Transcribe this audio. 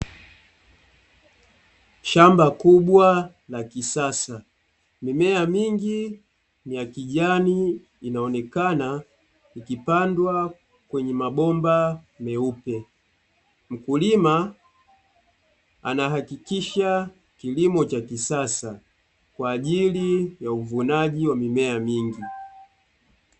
Shamba kubwa la kisasa, mimea mingi ya kijani inaonekana, ikipandwa kwenye mabomba meupe, mkulima anahakikisha kilimo cha kisasa kwa ajili ya uvunaji wa mimea mingi.